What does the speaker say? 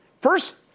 First